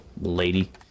lady